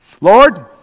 Lord